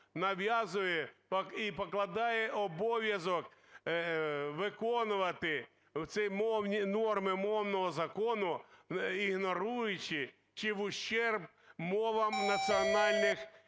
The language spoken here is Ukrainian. нав'язує і покладає обов'язок виконувати ці норми мовного закону, ігноруючи чи в ущерб мовам національних